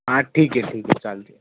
हां ठीक आहे ठीक आहे चालते